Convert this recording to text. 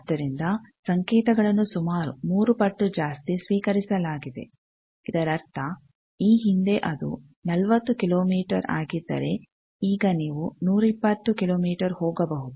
ಆದ್ದರಿಂದ ಸಂಕೇತಗಳನ್ನು ಸುಮಾರು ಮೂರು ಪಟ್ಟು ಜಾಸ್ತಿ ಸ್ವೀಕರಿಸಲಾಗಿದೆ ಇದರರ್ಥ ಈ ಹಿಂದೆ ಅದು 40 ಕಿಲೋಮೀಟರ್ ಆಗಿದ್ದರೆ ಈಗ ನೀವು 120 ಕಿಲೋಮೀಟರ್ ಹೋಗಬಹುದು